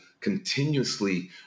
continuously